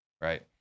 right